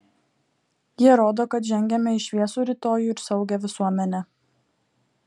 jie rodo kad žengiame į šviesų rytojų ir saugią visuomenę